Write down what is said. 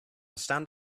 stand